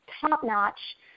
top-notch